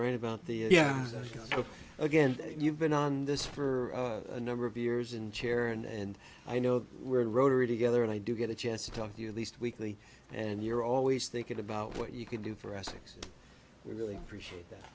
right about the yeah so again you've been on this for a number of years and chair and i know we're in rotary together and i do get a chance to talk to you at least weekly and you're always thinking about what you could do for essex we really appreciate that